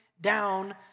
down